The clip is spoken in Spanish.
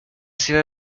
sido